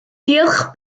diolch